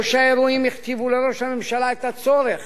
או שהאירועים הכתיבו לראש הממשלה את הצורך